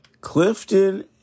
Clifton